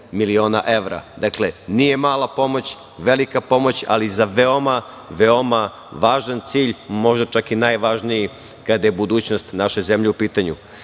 miliona evra. Dakle, nije mala pomoć, velika pomoć, ali za veoma, veoma važan cilj, možda čak i najvažniji kada je budućnost naše zemlje u pitanju. Druga